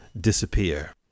disappear